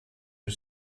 are